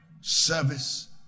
service